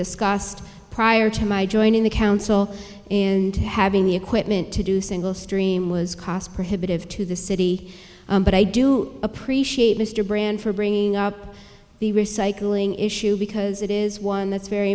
discussed prior to my joining the council and having the equipment to do single stream was cost prohibitive to the city but i do appreciate mr brand for bringing up the recycling issue because it is one that's very